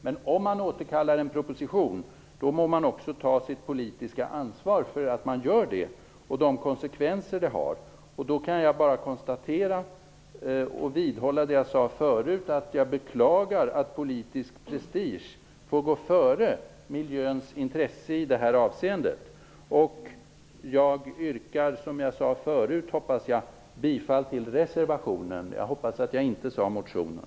Men om man återkallar en proposition må man också ta sitt politiska ansvar för att man gör det och de konsekvenser det har. Då kan jag bara vidhålla det jag sade förut, att jag beklagar att politisk prestige får gå före miljöns intressen i det här avseendet. Jag yrkar som förut bifall till reservationen. Jag hoppas att jag inte tidigare sade "motionen".